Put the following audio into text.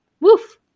woof